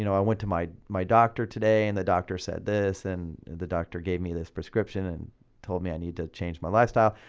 you know i went to my my doctor today and the doctor said this and the doctor gave me this prescription, and told me i need to change, my lifestyle.